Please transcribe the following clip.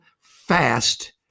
fast